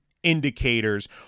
indicators